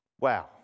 Wow